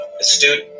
astute